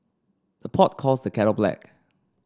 the pot calls the kettle black